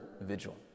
vigil